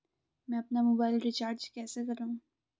मैं अपना mobile recharge कैसे करूँ?